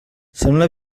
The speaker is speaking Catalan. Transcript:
sembla